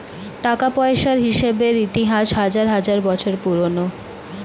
টাকা পয়সার হিসেবের ইতিহাস হাজার হাজার বছর পুরোনো